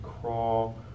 crawl